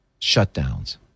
shutdowns